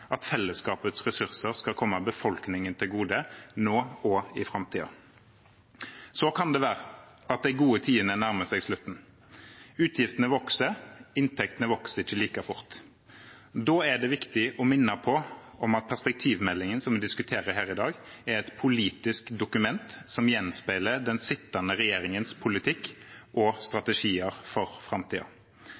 at fellesskapets ressurser skal komme befolkningen til gode, nå og i framtiden. Så kan det være at de gode tidene nærmer seg slutten. Utgiftene vokser, og inntektene vokser ikke like fort. Da er det viktig å minne om at perspektivmeldingen, som vi diskuterer her i dag, er et politisk dokument som gjenspeiler den sittende regjeringens politikk og strategier for